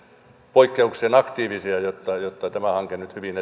poikkeuksellisen aktiivisia jotta jotta tämä hanke nyt hyvin